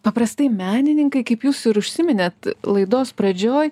paprastai menininkai kaip jūs ir užsiminėt laidos pradžioj